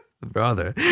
Brother